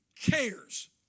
cares